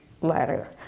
letter